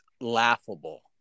laughable